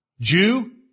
Jew